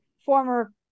former